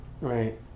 Right